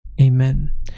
Amen